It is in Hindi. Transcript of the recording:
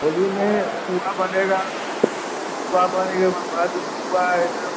होली में पुआ बनेगा पुआ बनने के बाद पुआ एकदम